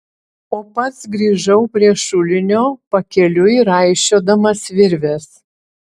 o pats grįžau prie šulinio pakeliui raišiodamas virves